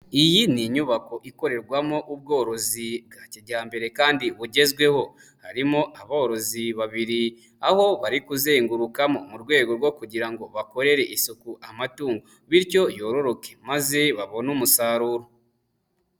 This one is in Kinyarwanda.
Iyi ni inyubako ikorerwamo ubworozi bwa kijyambere kandi bugezweho. Harimo aborozi babiri aho bari kuzengurukamo mu rwego rwo kugira ngo bakorere isuku amatungo bityo yororoke maze babone umusaruro.